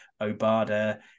Obada